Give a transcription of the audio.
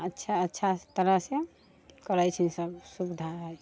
अच्छा अच्छा तरहसँ करैत छै सभसुविधा हइ